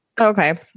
Okay